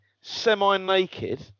semi-naked